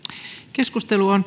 on